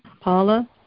Paula